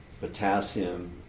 potassium